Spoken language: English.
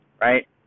Right